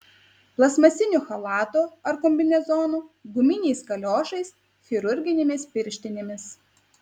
plastmasiniu chalatu ar kombinezonu guminiais kaliošais chirurginėmis pirštinėmis